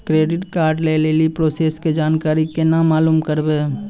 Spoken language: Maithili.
क्रेडिट कार्ड लय लेली प्रोसेस के जानकारी केना मालूम करबै?